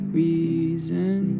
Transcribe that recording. reason